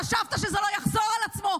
חשבת שזה לא יחזור על עצמו,